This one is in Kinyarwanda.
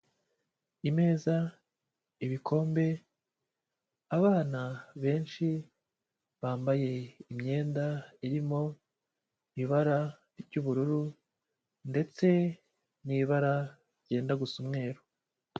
Imeza, ibikombe, abana benshi bambaye imyenda irimo ibara ry'ubururu ndetse n'ibara ryenda gusa umweru.